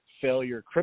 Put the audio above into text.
failure